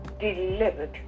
delivered